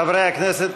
חברי הכנסת,